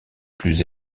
plus